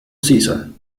season